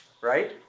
Right